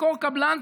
תשכור קבלן,